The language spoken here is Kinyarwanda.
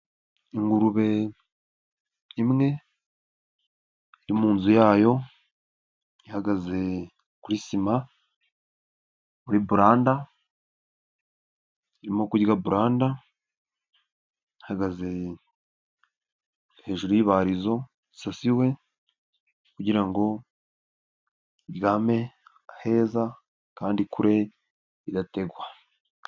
Ingurube imwe iri mu nzu yayo, ihagaze kuri sima, muri buranda, irimoga buranda ihagaze hejuru isasiwe kugira ngo iryame aheza kandi kure igategwa.